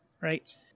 right